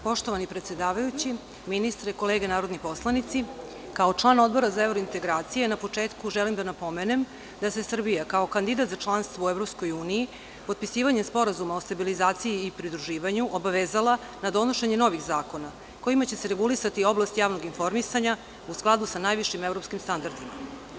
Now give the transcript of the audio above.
Poštovani predsedavajući, ministre, kolege narodni poslanici, kao član Odbora za evrointegracije na početku želim da napomenem da se Srbija kao kandidat za članstvo u EU potpisivanjem Sporazuma o stabilizaciji i pridruživanju obavezala na donošenje novih zakona kojima će se regulisati oblast javnog informisanja u skladu sa najvišim evropskim standardima.